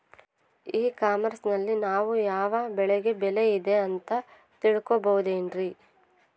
E commerce ನಲ್ಲಿ ನಾವು ಯಾವ ಬೆಳೆಗೆ ಬೆಲೆ ಇದೆ ಅಂತ ತಿಳ್ಕೋ ಬಹುದೇನ್ರಿ?